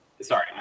Sorry